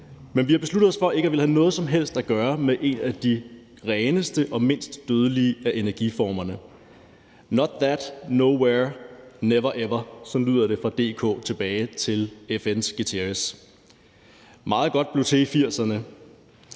Men vi har besluttet os for ikke at ville have noget som helst at gøre med en af de reneste og mindst dødelige af energiformerne. Not that, nowhere, never ever, sådan lyder det fra DK tilbage til FN's Guterres. Meget godt blev til i 1980'erne,